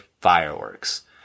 Fireworks